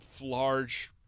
large